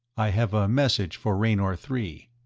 i have a message for raynor three.